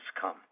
come